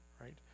Right